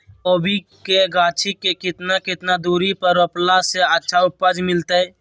कोबी के गाछी के कितना कितना दूरी पर रोपला से अच्छा उपज मिलतैय?